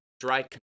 Dry